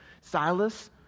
Silas